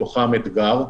בתוכן אתג"ר,